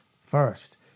First